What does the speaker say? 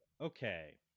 Okay